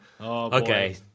Okay